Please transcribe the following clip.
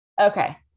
okay